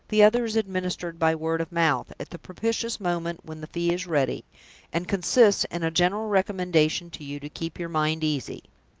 the other is administered by word of mouth, at the propitious moment when the fee is ready and consists in a general recommendation to you to keep your mind easy.